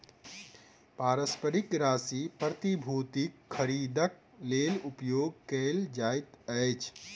पारस्परिक राशि प्रतिभूतिक खरीदक लेल उपयोग कयल जाइत अछि